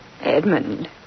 Edmund